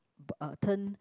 uh turn